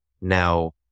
now